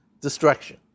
destruction